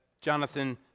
Jonathan